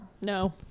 No